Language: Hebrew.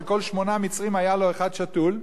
על כל שמונה מצרים היה לו אחד שתול,